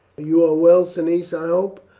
you are well, cneius, i hope?